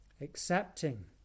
accepting